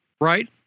right